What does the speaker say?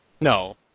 No